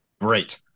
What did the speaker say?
Great